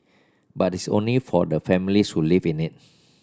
but it's only for the families who live in it